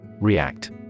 React